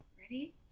Ready